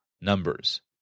numbers